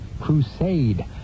Crusade